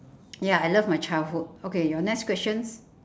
ya I love my childhood okay your next questions